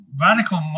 radical